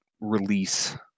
release